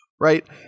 right